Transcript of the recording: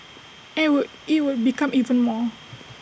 and would IT would become even more